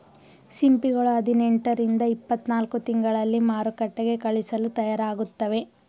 ಸಿಂಪಿಗಳು ಹದಿನೆಂಟು ರಿಂದ ಇಪ್ಪತ್ತನಾಲ್ಕು ತಿಂಗಳಲ್ಲಿ ಮಾರುಕಟ್ಟೆಗೆ ಕಳಿಸಲು ತಯಾರಾಗುತ್ತವೆ